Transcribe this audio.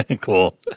Cool